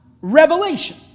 revelation